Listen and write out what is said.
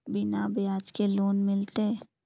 बिना ब्याज के लोन मिलते?